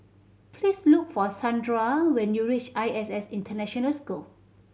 please look for Shandra when you reach I S S International School